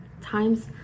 times